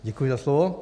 Děkuji za slovo.